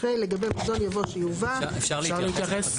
אחרי "לגבי מזון" יבוא "שיובא"; אפשר להתייחס?